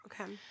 Okay